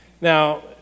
Now